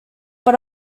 but